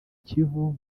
kivu